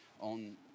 on